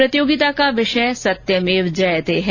प्रतियोगिता का विषय सत्यमेव जयते है